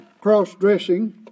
cross-dressing